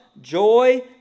joy